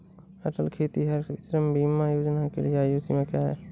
अटल खेतिहर श्रम बीमा योजना के लिए आयु सीमा क्या है?